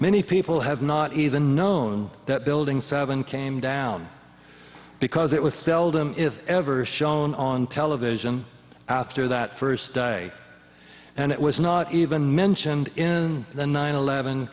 many people have not even known that building seven came down because it was seldom if ever shown on television after that first day and it was not even mentioned in the nine eleven